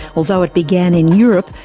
although it began in europe,